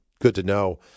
good-to-know